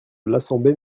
l’assemblée